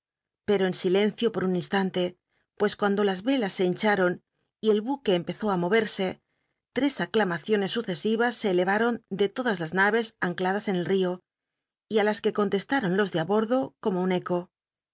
pero en silencio por un instante pues cunndo las elas se hincharon y el buque empezó a movcr c lcs aclamaciones sucesivas se elc aron de todas las naves ancladas en el io y ü las que contestaron los de i bordo como un ceo